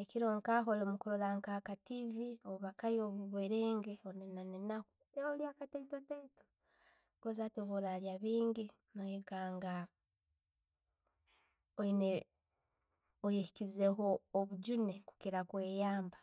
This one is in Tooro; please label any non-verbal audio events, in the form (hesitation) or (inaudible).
ekiro nkaho olimukurora nka ka TV obakayo obuberenge obunenaho, no lya kateitoteito habwokuba bworalyabingi, nowekanga oyine (hesitation) oyeyikizeho obujune kukiira kweyamba.